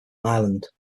ireland